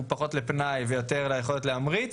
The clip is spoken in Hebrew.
הוא פחות לפנאי ויותר ליכולת להמריץ,